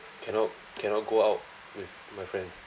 cannot cannot go out with my friends